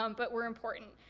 um but were important.